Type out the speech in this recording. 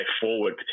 forward